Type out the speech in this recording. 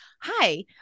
hi